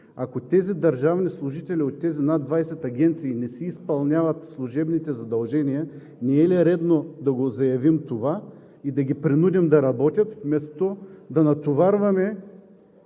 Ако тези държавни служители от тези над 20 агенции не си изпълняват служебните задължения, не е ли редно да заявим това и да ги принудим да работят вместо да натоварваме